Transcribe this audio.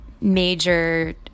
major